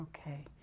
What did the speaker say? okay